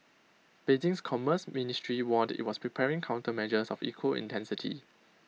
Beijing's commerce ministry warned IT was preparing countermeasures of equal intensity